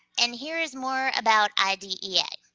and here is more about idea.